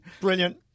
brilliant